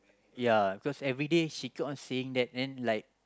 ya cause everyday she keep on saying that then like